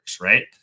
right